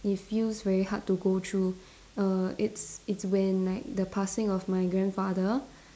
it feels really hard to go through err it's it's when like the passing of my grandfather